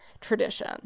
tradition